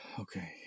okay